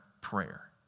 prayer